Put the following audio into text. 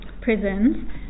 prisons